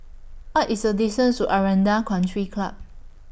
What IS The distance to Aranda Country Club